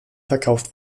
verkauft